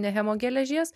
nehemo geležies